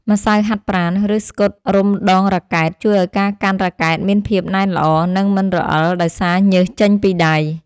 ម្សៅហាត់ប្រាណ ឬស្កុតរុំដងរ៉ាកែត ជួយឱ្យការកាន់រ៉ាកែតមានភាពណែនល្អ និងមិនរអិលដោយសារញើសចេញពីដៃ។